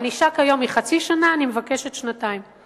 הענישה כיום היא חצי שנה, אני מבקשת שנתיים.